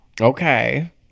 Okay